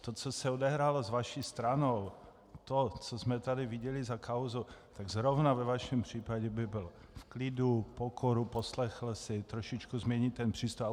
To, co se odehrálo s vaší stranou, to, co jsme tady viděli za kauzu, zrovna ve vašem případě bych byl v klidu, pokoru, poslechl si, trošičku změnit ten přístup.